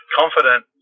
confident